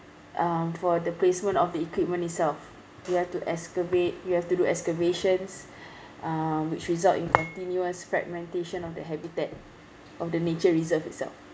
um for the placement of the equipment itself you have to excavate you have to do excavations uh which result in continuous fragmentation of the habitat of the nature reserve itself